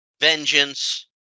vengeance